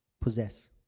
possess